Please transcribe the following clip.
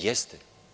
Jeste.